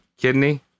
Kidney